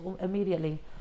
immediately